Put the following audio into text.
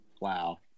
Wow